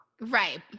Right